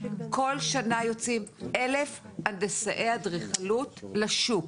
כל שנה יוצאים אלף הנדסאי אדריכלות לשוק.